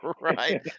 Right